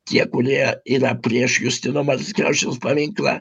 tie kurie yra prieš justino marcinkevičiaus paminklą